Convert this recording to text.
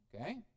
Okay